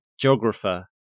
geographer